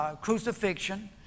crucifixion